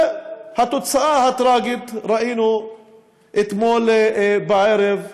ואת התוצאה הטרגית ראינו אתמול בערב,